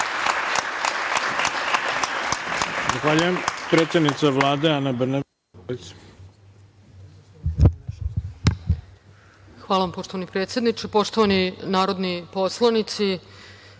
Hvala vam poštovani predsedniče. Poštovani narodni poslanici,